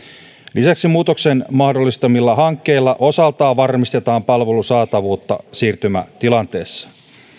lisäksi muutoksen mahdollistamilla hankkeilla osaltaan varmistetaan palvelun saatavuutta siirtymätilanteessa